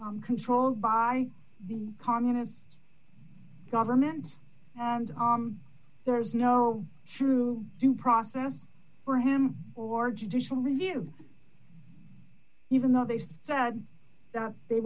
are controlled by the communist government and there's no true due process for him or judicial review even though they said that they